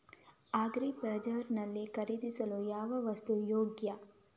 Agri bazaar ನಲ್ಲಿ ಖರೀದಿಸಲು ಯಾವ ವಸ್ತು ಯೋಗ್ಯ?